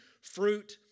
fruit